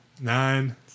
Nine